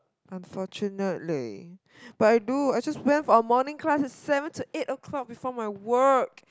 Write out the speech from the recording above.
unfortunately but I do I just went for a morning class at seven to eight o-clock before my work